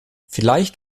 vielleicht